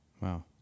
Wow